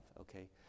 okay